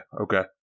okay